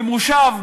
במושב,